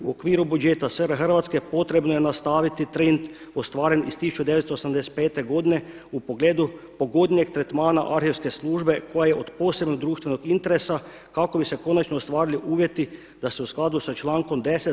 U okviru buđeta SR Hrvatske potrebno je nastaviti trend ostvaren iz 1985. godine u pogledu pogodnijeg tretmana arhivske službe koja je od posebnog društvenog interesa kako bi se konačno ostvarili uvjeti da se u skladu sa člankom 10.